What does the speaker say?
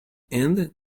end